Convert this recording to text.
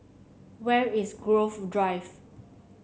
where is Grove Drive